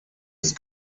ist